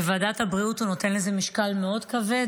בוועדת הבריאות הוא נותן לזה משקל מאוד כבד,